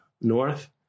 north